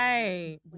Right